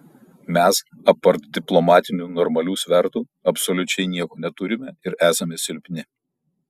mes apart diplomatinių normalių svertų absoliučiai nieko neturime ir esame silpni